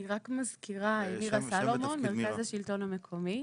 אני רק מזכירה, מירה סלומון, מרכז השלטון המקומי.